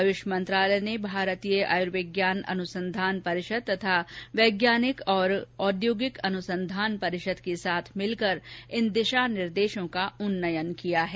आयुष मंत्रालय ने भारतीय आयुर्विज्ञान अनुसंधान परिषद तथा वैज्ञानिक और औद्योगिक अनुसंधान परिषद के साथ मिलकर इन दिशा निर्देशों का उन्नयन किया है